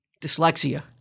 dyslexia